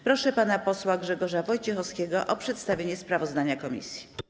Proszę pana posła Grzegorza Wojciechowskiego o przedstawienie sprawozdania komisji.